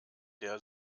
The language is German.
der